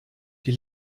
die